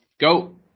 Go